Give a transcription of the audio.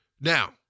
Now